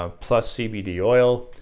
ah plus cbd oil,